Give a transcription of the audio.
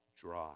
dry